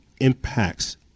impacts